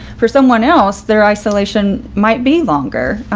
for someone else, their isolation might be longer,